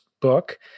book